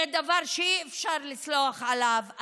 זה דבר שאי-אפשר לסלוח עליו.